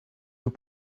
your